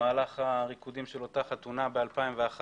במהלך הריקודים של אותה חתונה ב-2001,